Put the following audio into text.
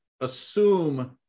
assume